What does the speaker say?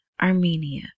Armenia